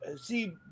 See